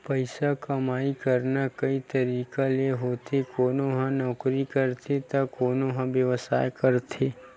पइसा कमई करना कइ तरिका ले होथे कोनो ह नउकरी करथे त कोनो ह बेवसाय करथे